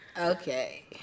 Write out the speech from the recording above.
Okay